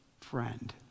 friend